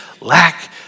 lack